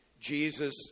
Jesus